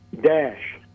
dash